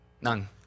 None